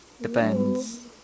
Depends